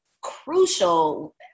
crucial –